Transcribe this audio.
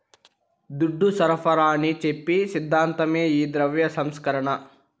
దుడ్డు సరఫరాని చెప్పి సిద్ధాంతమే ఈ ద్రవ్య సంస్కరణ